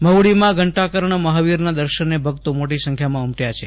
મહુડીમાં ઘંટાકર્ણ મહાવીરના દર્શને ભક્તો મોટી સંખ્યામાં ઉમટચા છે